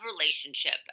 relationship